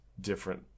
different